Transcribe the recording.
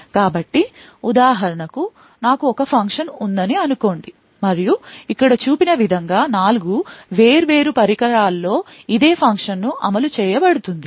కాబట్టి ఉదాహరణకు నాకు ఒక ఫంక్షన్ ఉందని అనుకోండి మరియు ఇక్కడ చూపిన విధంగా 4 వేర్వేరు పరికరాల్లో ఇదే ఫంక్షన్ అమలు చేయ బడుతుంది